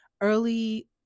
early